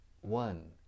One